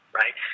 right